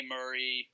Murray